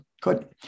Good